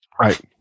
Right